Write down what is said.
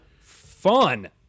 fun